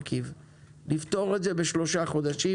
לפתור את זה בשלושה חודשים,